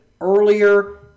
earlier